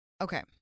Okay